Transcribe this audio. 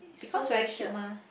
because very cute mah